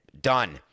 done